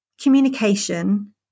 communication